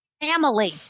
family